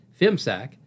FIMSAC